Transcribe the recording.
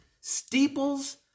steeples